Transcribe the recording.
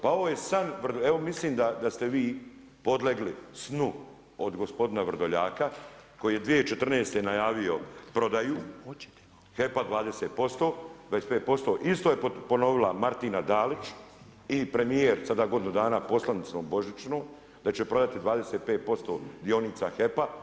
Pa ovo je san, evo mislim da ste vi podlegli snu od gospodina Vrdoljaka koji je 2014. najavio prodaju HEP-a 20%, 25%, isto je ponovila Martina Dalić i premjer sada godinu dana, poslanicom božićnu, da će prodati 25% dionica HEP-a.